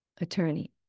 Attorney